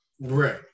right